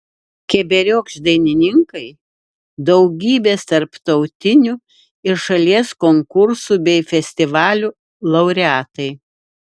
keberiokšt dainininkai daugybės tarptautinių ir šalies konkursų bei festivalių laureatai